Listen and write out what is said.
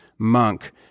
monk